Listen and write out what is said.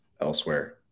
elsewhere